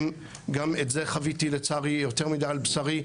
גם את זה חוויתי לצערי יותר מידי על בשרי,